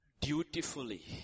Dutifully